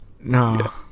No